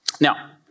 Now